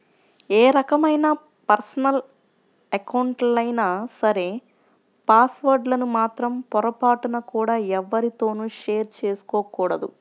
ఏ రకమైన పర్సనల్ అకౌంట్లైనా సరే పాస్ వర్డ్ లను మాత్రం పొరపాటున కూడా ఎవ్వరితోనూ షేర్ చేసుకోకూడదు